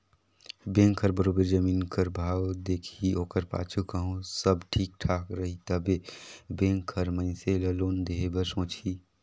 bank हर बरोबेर जमीन कर भाव देखही ओकर पाछू कहों सब ठीक ठाक रही तबे बेंक हर मइनसे ल लोन देहे बर सोंचही